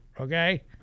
okay